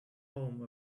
home